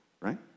right